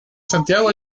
santiago